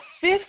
fifth